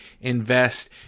invest